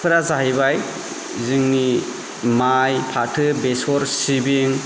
फोरा जाहैबाय जोंनि माइ फाथो बेसर सिबिं